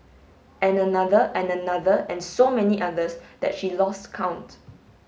and another and another and so many others that she lost count